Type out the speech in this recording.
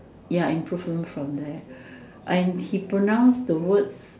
ya improvement from there and he pronounce the words